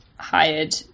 hired